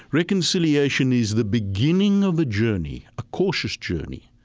reconciliation is the beginning of a journey, a cautious journey,